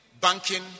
banking